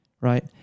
right